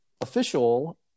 official